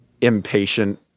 impatient